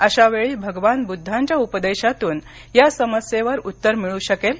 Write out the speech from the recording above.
अशा वेळी भगवान बुद्धांच्या उपदेशातून या समस्येवर उत्तर मिळू शकेल